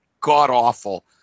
god-awful